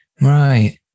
right